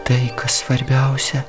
tai kas svarbiausia